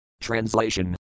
Translation